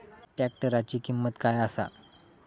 ट्रॅक्टराची किंमत काय आसा?